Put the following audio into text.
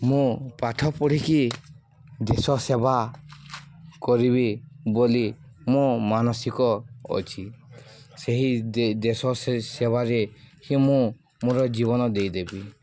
ମୁଁ ପାଠ ପଢ଼ିକି ଦେଶ ସେବା କରିବି ବୋଲି ମୁଁ ମାନସିକ ଅଛି ସେହି ଦେଶ ସେବାରେ ହିଁ ମୁଁ ମୋର ଜୀବନ ଦେଇଦେବି